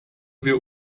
wir